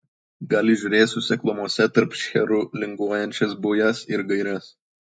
gal įžiūrėsiu seklumose tarp šcherų linguojančias bujas ir gaires